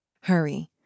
Hurry